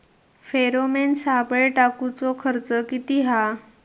Pheromone सापळे टाकूचो खर्च किती हा?